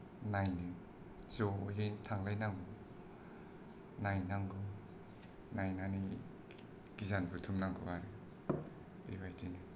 नायनो जयै थांलायनांगौ नायनांगौ नायनानै गियान बुथुमनांगौ आरो बेबायदिनो